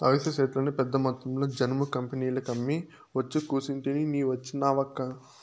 అవిసె సెట్లను పెద్దమొత్తంలో జనుము కంపెనీలకమ్మి ఒచ్చి కూసుంటిని నీ వచ్చినావక్కా